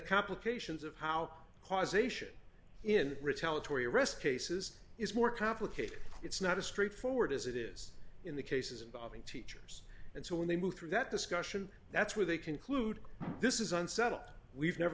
complications of how causation in retail it tory arrests cases is more complicated it's not as straightforward as it is in the cases involving teachers and so when they move through that discussion that's where they conclude this is unsettled we've never